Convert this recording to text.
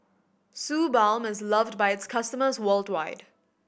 Suu Balm is loved by its customers worldwide